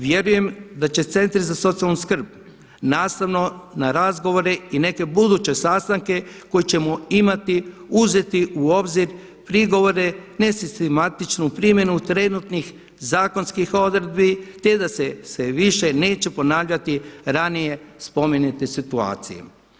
Vjerujem da će centri za socijalnu skrb nastavno na razgovore i neke buduće sastanke koje ćemo imati uzeti u obzir prigovore nesistematičnu primjenu trenutnih zakonskih odredbi te da se više neće ponavljati ranije spomenute situacije.